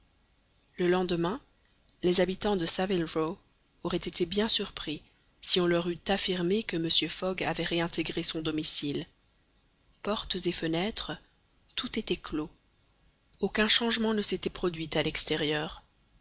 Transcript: le lendemain les habitants de saville row auraient été bien surpris si on leur eût affirmé que mr fogg avait réintégré son domicile portes et fenêtres tout était clos aucun changement ne s'était produit à l'extérieur